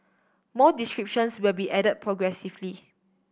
more descriptions will be added progressively